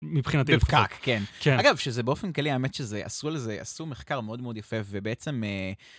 מבחינתי לפחות. בפקק, כן. אגב, שזה באופן כללי האמת שזה, עשו לזה, עשו מחקר מאוד מאוד יפה, ובעצם...